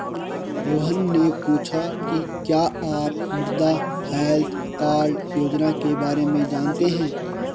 रोहन ने पूछा कि क्या आप मृदा हैल्थ कार्ड योजना के बारे में जानते हैं?